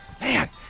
Man